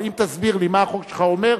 אבל אם תסביר לי מה החוק שלך אומר,